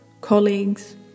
colleagues